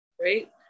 right